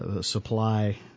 supply